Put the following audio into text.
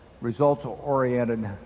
results-oriented